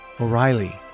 O'Reilly